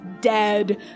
dead